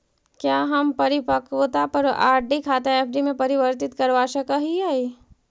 क्या हम परिपक्वता पर आर.डी खाता एफ.डी में परिवर्तित करवा सकअ हियई